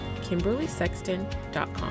KimberlySexton.com